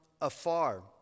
afar